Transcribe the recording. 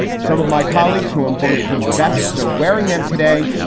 some of my colleagues who in bulletproof vests are wearing them today.